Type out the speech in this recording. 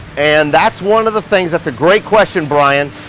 and that's one of the things. that's a great question, brian.